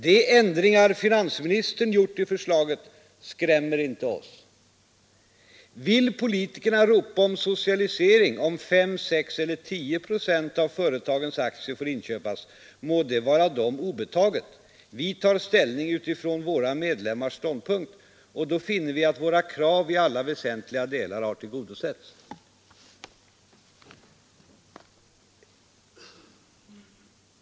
De ändringar finansministern gjort i förslaget skrämmer inte oss. Vill politikerna ropa om socialisering, om 5, 6 eller 10 procent av företagens aktier får inköpas, må det vara dem obetaget. Vi tar ställning utifrån våra medlemmars ståndpunkt, och då finner vi att våra krav i alla väsentliga delar har tillgodosetts.